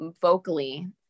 vocally